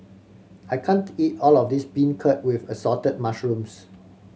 I can't eat all of this beancurd with Assorted Mushrooms